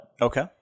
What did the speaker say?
Okay